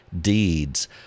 deeds